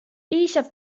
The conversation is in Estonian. piisab